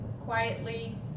quietly